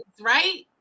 right